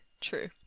true